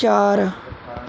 ਚਾਰ